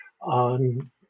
on